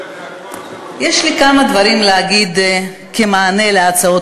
יש לי כמה דברים להגיד כמענה על הצעות